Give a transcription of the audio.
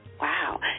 Wow